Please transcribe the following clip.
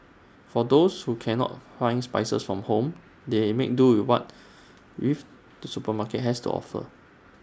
for those who cannot find spices from home they make do with what with the supermarket has to offer